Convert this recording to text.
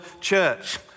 church